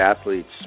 athletes